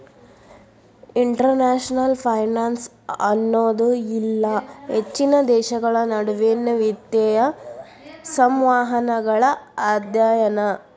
international finance ಅನ್ನೋದು ಇಲ್ಲಾ ಹೆಚ್ಚಿನ ದೇಶಗಳ ನಡುವಿನ್ ವಿತ್ತೇಯ ಸಂವಹನಗಳ ಅಧ್ಯಯನ